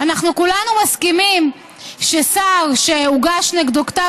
אנחנו כולנו מסכימים ששר שהוגש נגדו כתב